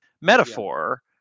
metaphor